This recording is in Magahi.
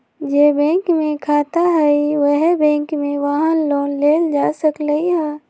जे बैंक में खाता हए उहे बैंक से वाहन लोन लेल जा सकलई ह